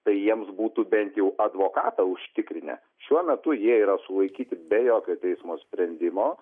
tai jiems būtų bent jau advokatą užtikrinę šiuo metu jie yra sulaikyti be jokio teismo sprendimo